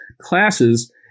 classes